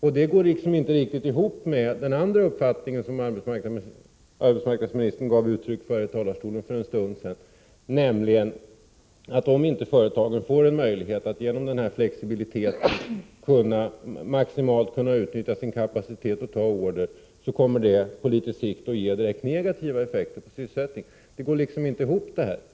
Det går inte riktigt ihop med den andra uppfattning som arbetsmarknadsministern gav uttryck för i talarstolen för en stund sedan, nämligen att om inte företagen får en möjlighet att genom den här flexibiliteten maximalt utnyttja sin kapacitet och ta order, kommer det på litet sikt att ge negativa effekter på sysselsättningen. — Detta går inte ihop.